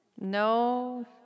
No